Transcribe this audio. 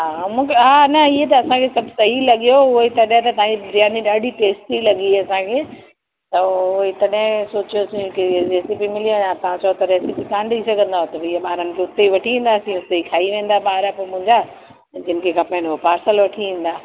हा मूंखे हा न इअं त असांखे सभु सही लॻियो उहो ई तॾहिं त तव्हांजी बिरयानी ॾाढी टेस्टी लॻी असांखे त उहो ई तॾहिं सोचियोसीं कि रेसिपी मिली वञे हाणे तव्हां चयो था रेसिपी कान ॾेई सघंदव त भैया ॿारनि खे हुते ई वठी ईंदासीं हुते ई खाई वेंदा ॿार पोइ मुंहिंजा जिननि खे खपेनि उहे पार्सल वठी ईंदा